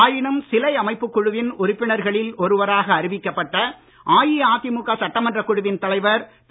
ஆயினும் சிலை அமைப்புக் குழுவின் உறுப்பினர்களில் ஒருவராக அறிவிக்கப்பட்ட அஇஅதிமுக சட்டமன்றக் குழுவின் தலைவர் திரு